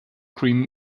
cream